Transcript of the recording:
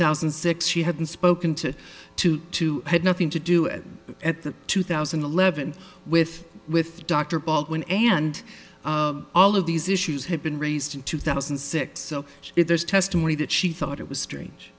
thousand and six she hadn't spoken to two two had nothing to do it at the two thousand and eleven with with dr baldwin and all of these issues have been raised in two thousand and six so if there's testimony that she thought it was strange